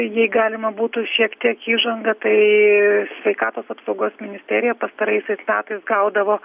jei galima būtų šiek tiek įžanga tai sveikatos apsaugos ministerija pastaraisiais metais gaudavo